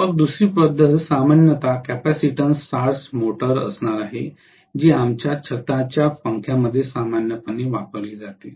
मग दुसरी पद्धत सामान्यत कॅपेसिटन्स स्टार्ट मोटर असणार आहे जी आमच्या छताच्या पंख्यांमध्ये सामान्यपणे वापरली जाते